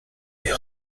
est